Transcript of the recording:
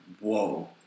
whoa